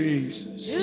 Jesus